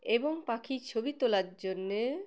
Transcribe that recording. এবং পাখির ছবি তোলার জন্যে